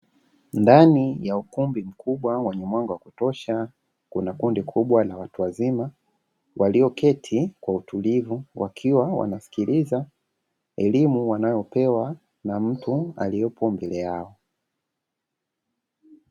Ndani ya ukumbi mkubwa wa ulimwengu wa kutosha, kuna kundi kubwa na watu wazima walioketi kwa utulivu, wakiwa wanasikiliza elimu wanayopewa na mtu aliyepo mbele yao.